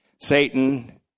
Satan